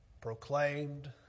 Proclaimed